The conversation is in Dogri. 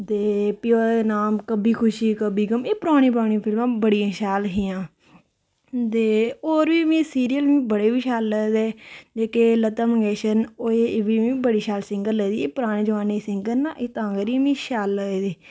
ते फ्ही ओह्दा नाम कभी खुशी कभी गम एह् परानियां परनियां फिल्मां बड़ियां शैल हियां ते होर बी मिगी सीरियल बड़े बी शैल लगदे जेह्ड़े लता मंगेशकर न ओह् एह् बी मिगी बड़े शैल सिंगर लगदी एह् पराने जमाने दी सिंगर न एह् तां करियै मिगी शैल लगदी